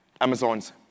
Amazon's